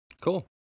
Cool